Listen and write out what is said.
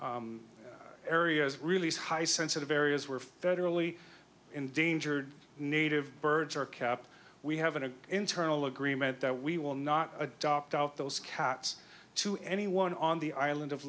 areas really high sensitive areas where federally endangered native birds are kept we have an internal agreement that we will not adopt out those cats to anyone on the island of